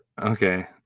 Okay